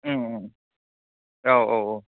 अ औ औ औ